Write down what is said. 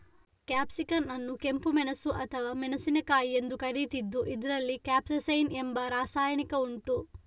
capsicum ಅನ್ನು ಕೆಂಪು ಮೆಣಸು ಅಥವಾ ಮೆಣಸಿನಕಾಯಿ ಎಂದು ಕರೀತಿದ್ದು ಇದ್ರಲ್ಲಿ ಕ್ಯಾಪ್ಸೈಸಿನ್ ಎಂಬ ರಾಸಾಯನಿಕ ಉಂಟು